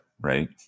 right